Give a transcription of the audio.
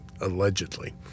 allegedly